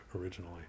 originally